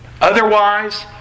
Otherwise